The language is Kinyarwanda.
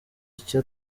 icyo